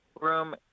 room